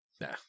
Nah